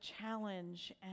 challenge